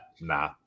nah